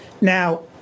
Now